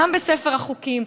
גם בספר החוקים,